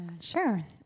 Sure